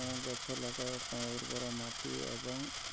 ଗଛ ଲଗାଇବା ପାଇଁ ଉର୍ବର ମାଟି ଏବଂ